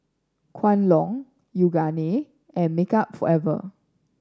Kwan Loong Yoogane and Makeup Forever